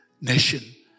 nation